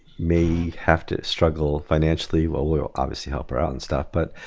may have to struggle financially. we'll we'll obviously helped her out and stuff but